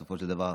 בסופו של דבר,